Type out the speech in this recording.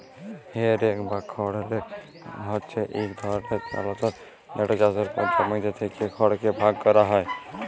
হে rake বা খড় rake হছে ইক ধরলের যলতর যেট চাষের পর জমিতে থ্যাকা খড়কে ভাগ ক্যরা হ্যয়